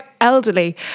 elderly